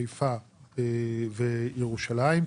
חיפה וירושלים,